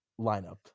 lineup